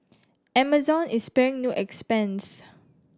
amazon is sparing no expense